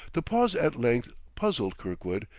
the pause at length puzzled kirkwood,